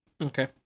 okay